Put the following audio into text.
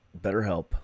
BetterHelp